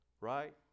Right